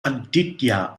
aditya